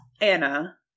Anna